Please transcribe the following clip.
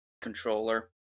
controller